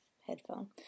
headphone